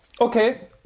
Okay